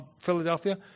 Philadelphia